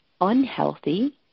unhealthy